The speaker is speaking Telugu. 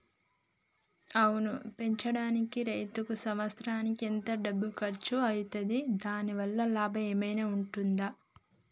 ఆవును పెంచడానికి రైతుకు సంవత్సరానికి ఎంత డబ్బు ఖర్చు అయితది? దాని వల్ల లాభం ఏమన్నా ఉంటుందా?